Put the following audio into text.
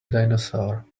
dinosaur